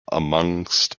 amongst